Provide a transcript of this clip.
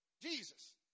Jesus